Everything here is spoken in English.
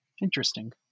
Interesting